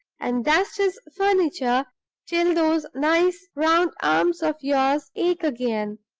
and dust his furniture till those nice round arms of yours ache again.